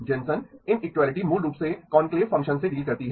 Jensen inequality मूल रूप से कॉन्क्लेव फंक्शन्स से डील करती है